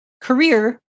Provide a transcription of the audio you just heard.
career